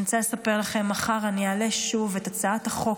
אני רוצה לספר לכם שמחר אני אעלה שוב את הצעת החוק